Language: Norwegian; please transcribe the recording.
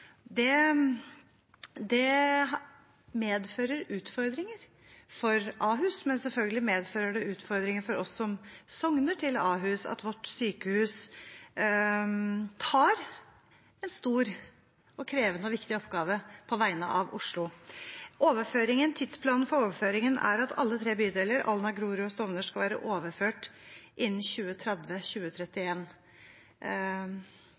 Det medfører utfordringer for Ahus, men selvfølgelig medfører det utfordringer for oss som sogner til Ahus at vårt sykehus tar en stor, krevende og viktig oppgave på vegne av Oslo. Tidsplanen for overføringen er at alle tre bydeler – Alna, Grorud og Stovner – skal være overført innen